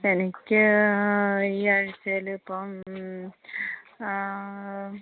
എനിക്ക് ഈ ആഴ്ചയിൽ ഇപ്പം ആ